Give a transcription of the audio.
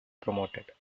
promoted